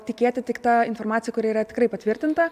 tikėti tik ta informacija kuri yra tikrai patvirtinta